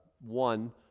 one